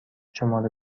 شماره